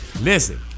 Listen